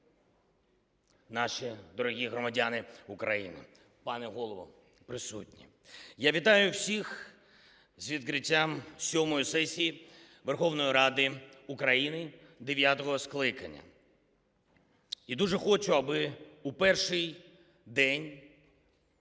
наші, дорогі громадяни України, пане Голово, присутні! Я вітаю всіх з відкриттям сьомої сесії Верховної Ради України дев'ятого скликання, і дуже хочу, аби в перший день